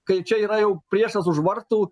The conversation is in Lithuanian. kai čia yra jau priešas už vartų